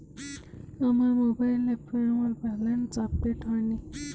আমার মোবাইল অ্যাপে আমার ব্যালেন্স আপডেট হয়নি